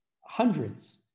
hundreds